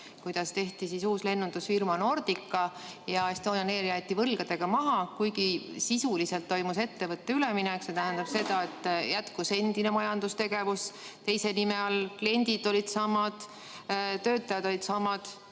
kuidas tehti uus lennundusfirma Nordica ja Estonian Air jäeti võlgadega maha, kuigi sisuliselt toimus ettevõtte üleminek. See tähendab seda, et jätkus endine majandustegevus teise nime all, kliendid olid samad, töötajad olid samad,